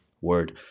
Word